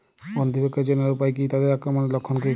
গন্ধি পোকা চেনার উপায় কী তাদের আক্রমণের লক্ষণ কী?